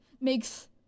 makes